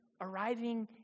arriving